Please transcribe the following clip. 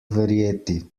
verjeti